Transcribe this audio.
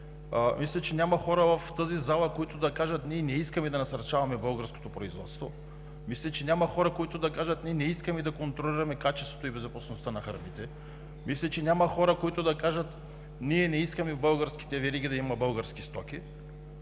Мисля, че няма хора в тази зала, които да кажат: „Ние не искаме да насърчаваме българското производство“. Мисля, че няма хора, които да кажат: „Ние не искаме да контролираме качеството и безопасността на храните“. Мисля, че няма хора, които да кажат: „Ние не искаме в българските вериги да има български стоки“.